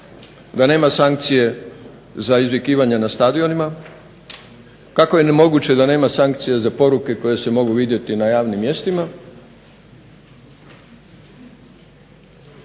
da nema sankcije za izvikivanje na stadionima, kako je moguće da nema sankcije za poruke koje se mogu vidjeti na javnim mjestima,